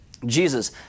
Jesus